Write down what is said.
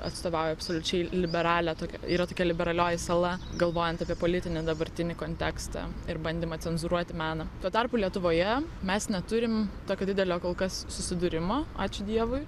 atstovauja absoliučiai liberalią tokią yra tokia liberalioji sala galvojant apie politinį dabartinį kontekstą ir bandymą cenzūruoti meną tuo tarpu lietuvoje mes neturim tokio didelio kol kas susidūrimo ačiū dievui